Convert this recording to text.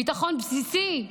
ביטחון בסיסי,